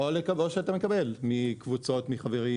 או שאתה מקבל מחברים,